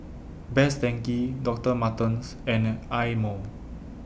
Best Denki Doctor Martens and Eye Mo